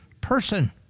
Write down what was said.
person